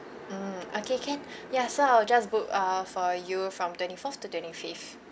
mm okay can ya so I'll just book ah for you from twenty fourth to twenty fifth